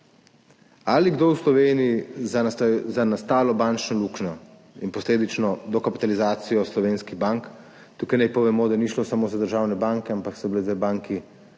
Ali je kdo v Sloveniji za nastalo bančno luknjo in posledično dokapitalizacijo slovenskih bank – tukaj naj povemo, da ni šlo samo za državne banke, ampak ta bili dve banki